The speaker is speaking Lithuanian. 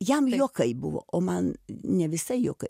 jam juokai buvo o man ne visai juokai